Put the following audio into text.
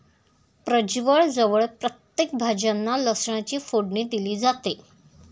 प्रजवळ जवळ प्रत्येक भाज्यांना लसणाची फोडणी दिली जाते